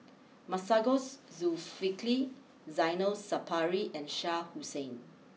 Masagos Zulkifli Zainal Sapari and Shah Hussain